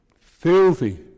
filthy